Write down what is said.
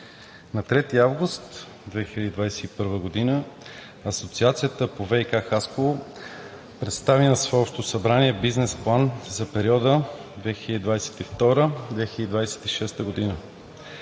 На 3 август 2021 г. Асоциацията по ВиК – Хасково, представи на свое Общо събрание Бизнес план за периода 2022 – 2026 г.